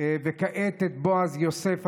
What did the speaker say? וכעת את בועז יוסף,